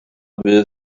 fyddai